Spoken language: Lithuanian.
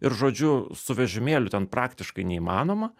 ir žodžiu su vežimėliu ten praktiškai neįmanoma